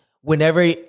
whenever